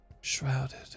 shrouded